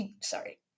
sorry